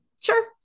sure